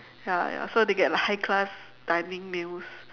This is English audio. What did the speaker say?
ya ya so they get like high class dining meals